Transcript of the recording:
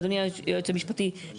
אדוני היועץ המשפטי,